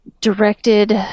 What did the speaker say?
directed